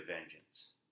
Vengeance